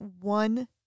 one